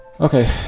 okay